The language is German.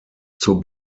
zur